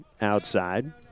outside